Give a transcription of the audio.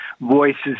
voices